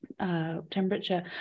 temperature